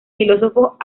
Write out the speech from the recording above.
filósofos